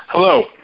Hello